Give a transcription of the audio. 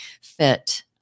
fit